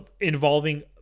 involving